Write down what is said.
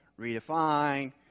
redefine